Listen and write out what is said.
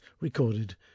Recorded